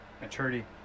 Maturity